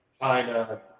China